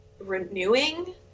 renewing